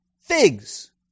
figs